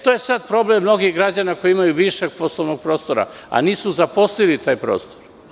To je sada problem mnogih građana koji imaju višak poslovnog prostora, a nisu zaposlili taj prostor.